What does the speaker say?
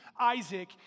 Isaac